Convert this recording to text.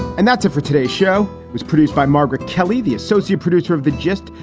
and that's it for today's show was produced by margaret kelley, the associate producer of the gist.